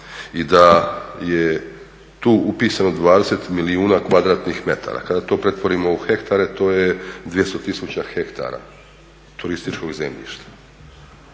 i da je tu upisano 20 milijuna kvadratnih metara, kada to pretvorimo u hektare to je 200 tisuća hektara turističkog zemljišta